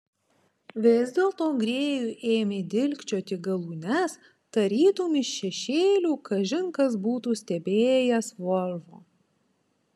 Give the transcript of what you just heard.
vis dėlto grėjui ėmė dilgčioti galūnes tarytum iš šešėlių kažin kas būtų stebėjęs volvo